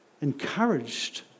encouraged